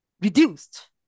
reduced